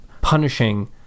punishing